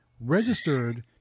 registered